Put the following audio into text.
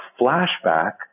flashback